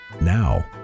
Now